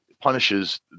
punishes